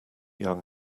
young